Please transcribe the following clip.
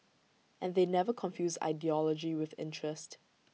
and they never confused ideology with interest